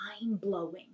mind-blowing